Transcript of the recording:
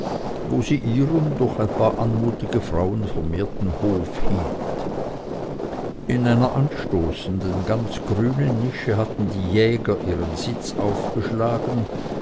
wo sie ihren durch ein paar anmutige frauen vermehrten hof hielt in einer anstoßenden ganz grünen nische hatten die jäger ihren sitz aufgeschlagen